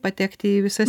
patekti į visas